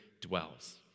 dwells